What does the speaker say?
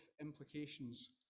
implications